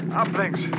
uplinks